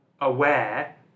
aware